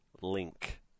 link